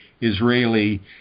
Israeli